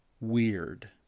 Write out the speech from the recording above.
weird